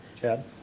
Chad